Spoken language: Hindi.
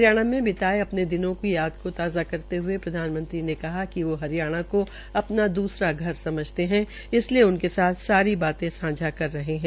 हरियाणा मे बिताये अपने दिनो की याद को ताज़ा करते हये प्रधानमंत्री ने कहा कि वो हरियाणा को अपना दूसरा घर समझते है इसलिये उनके साथ सारी बाते सांझा कर रहे है